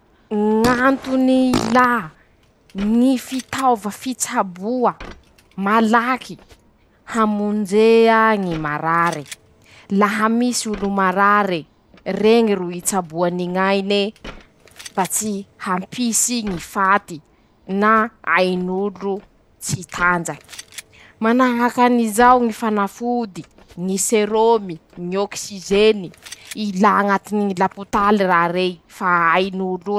Ñ'antony ilà ñy fitaova fitsaboa: -Malaky hamonjea ñy marary, laha misy olo marare, reñy ro itsaboany ñaine mba tsy hampisy ñy faty na ain'olo tsy tanjaky, manahaka'izao ñy fanafody, ñy serômy, ñy ôksizeny ilà añatiny ñy ôpitaly raha rey fa ain.